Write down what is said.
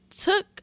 took